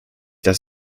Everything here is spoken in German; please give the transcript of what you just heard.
dass